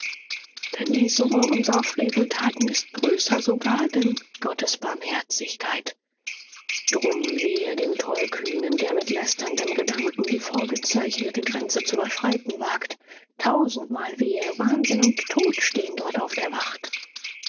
denn die summe unserer freveltaten ist größer sogar denn gottes barmherzigkeit drum wehe dem tollkühnen der mit lästerndem gedanken die vorgezeichnete grenze zu überschreiten wagt tausendmal wehe wahnsinn und tod stehen dort auf der wacht